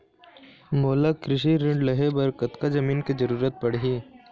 मोला कृषि ऋण लहे बर कतका जमीन के जरूरत पड़ही?